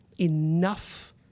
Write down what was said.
Enough